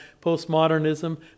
postmodernism